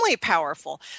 powerful